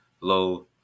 low